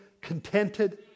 contented